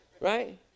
Right